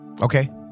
Okay